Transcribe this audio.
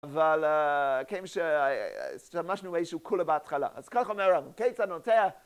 אבל כן ש.. שהשתמשנו באיזשהו קולה בהתחלה, אז ככה אומר הרב, כיצד נוטע.